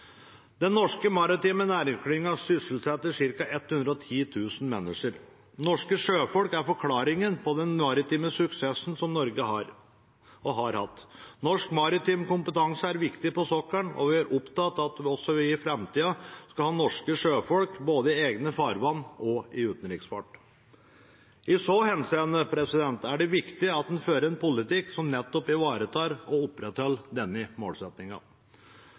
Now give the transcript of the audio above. og har hatt. Norsk maritim kompetanse er viktig på sokkelen, og vi er opptatt av at vi også i framtida skal ha norske sjøfolk både i egne farvann og i utenriksfart. I så henseende er det viktig at en fører en politikk som nettopp ivaretar og opprettholder denne